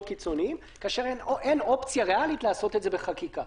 קיצוניים כאשר אין אופציה ריאלית לעשות את זה בחקיקה.